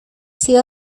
sido